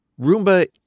Roomba